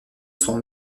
son